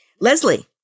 Leslie